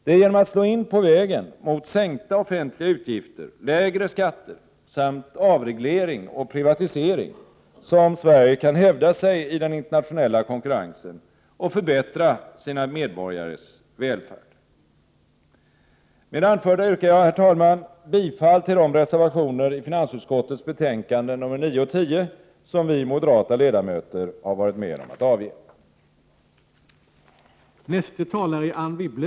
Det är genom att slå in på vägen mot sänkta offentliga utgifter, lägre skatter samt avreglering och privatisering som Sverige kan hävda sig i den internationella konkurrensen och förbättra sina medborgares välfärd. Med det anförda yrkar jag, herr talman, bifall till de reservationer i finansutskottets betänkanden nr 9 och 10 som vi moderata ledamöter har varit med om att avge.